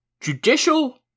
Judicial